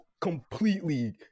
completely